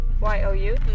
Y-O-U